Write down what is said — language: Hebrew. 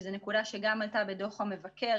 וזו נקודה שגם עלתה בדוח המבקר,